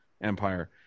empire